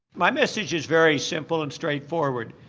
my message is very simple and straightforward.